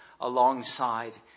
alongside